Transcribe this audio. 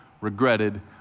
regretted